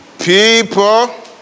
people